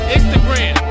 Instagram